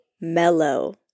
mellow